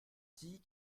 dit